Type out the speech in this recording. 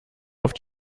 auf